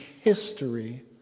history